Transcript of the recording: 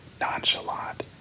nonchalant